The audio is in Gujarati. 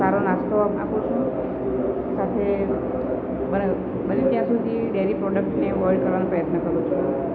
સારો નાસ્તો આપું છું સાથે બને બને ત્યાં સુધી ડેરી પ્રોડક્ટને અવોઈડ કરવાનો પ્રયત્ન કરું છું